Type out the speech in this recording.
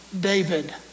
David